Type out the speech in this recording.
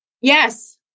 Yes